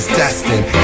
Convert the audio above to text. destined